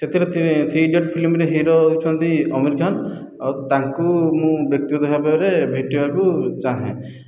ସେଥିରେ three idiot ଫିଲ୍ମରେ hero ହେଉଛନ୍ତି ଅମିର ଖାନ ଆଉ ତାଙ୍କୁ ମୁଁ ବ୍ୟକ୍ତିଗତ ଭାବରେ ଭେଟିବାକୁ ଚାହେଁ